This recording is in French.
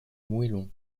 moellon